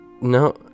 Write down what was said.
no